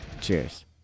cheers